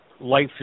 life